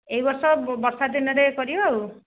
ଏହି ବର୍ଷ ବର୍ଷା ଦିନରେ କରିବା ଆଉ